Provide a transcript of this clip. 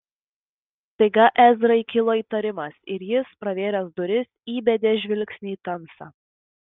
staiga ezrai kilo įtarimas ir jis pravėręs duris įbedė žvilgsnį į tamsą